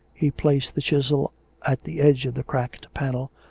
he placed the chisel at the edge of the cracked panel,